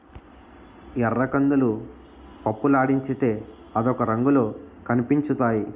ఎర్రకందులు పప్పులాడించితే అదొక రంగులో కనిపించుతాయి